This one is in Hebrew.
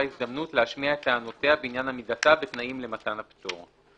הזדמנות להשמיע את טענותיה בעניין עמידתה בתנאים למתן הפטור.